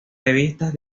revistas